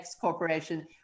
Corporation